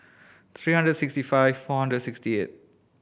three hundred sixty five four hundred and sixty eight